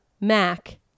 Mac